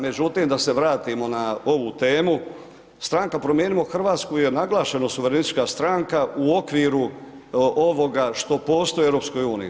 Međutim, da se vratimo na ovu temu, stranka Promijenimo Hrvatsku, je naglašeno suvrerenistička stranka u okviru ovoga što postoji u EU.